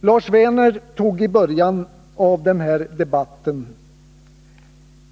Lars Werner tog i början av denna debatt